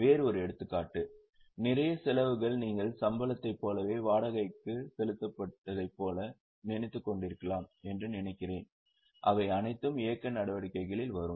வேறு ஒரு எடுத்துக்காட்டு நிறைய செலவுகள் நீங்கள் சம்பளத்தைப் போலவே வாடகைக்கு செலுத்தப்பட்டதைப் போல நினைத்துக்கொண்டிருக்கலாம் என்று நினைக்கிறேன் அவை அனைத்தும் இயக்க நடவடிக்கைகளில் விழும்